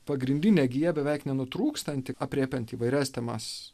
pagrindinė gija beveik nenutrūkstanti aprėpiant įvairias temas